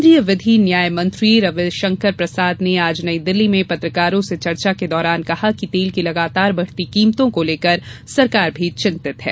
केंद्रीय विधि न्याय मंत्री रविशंकर प्रसाद ने आज नई दिल्ली में पत्रकारों से चर्चा के दौरान कहा कि तेल की लगातार बढती कीमतों को लेकर सरकार भी चिन्तित है